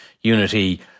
unity